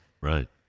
Right